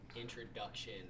introduction